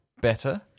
better